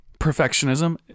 perfectionism